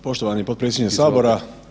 Poštovani potpredsjedniče sabora.